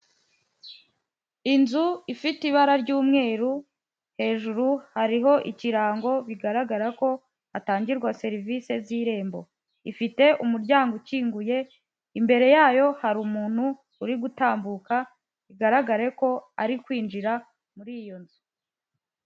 Inzu ifite ibara ry'umweru, hejuru hariho ikirango bigaragara ko hatangirwa serivise z'Irembo, ifite umuryango ukinguye, imbere yayo hari umuntu uri gutambuka bigaragare ko ari kwinjira muri iyo nzu.